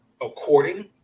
According